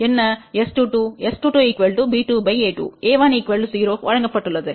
S22 b2 a2 a1 0வழங்கப்பட்டுள்ளது